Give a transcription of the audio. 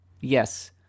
Yes